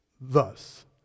Thus